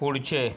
पुढचे